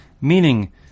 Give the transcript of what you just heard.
meaning